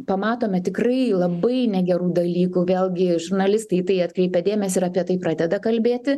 pamatome tikrai labai negerų dalykų vėlgi žurnalistai į tai atkreipia dėmesį ir apie tai pradeda kalbėti